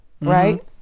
right